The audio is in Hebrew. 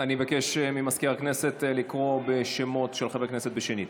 אני אבקש ממזכיר הכנסת לקרוא בשמות חברי הכנסת שנית.